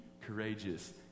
courageous